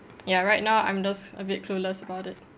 ya right now I'm just a bit clueless about it